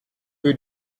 peu